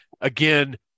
again